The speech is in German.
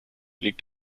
liegt